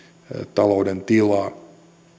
talouden tilaa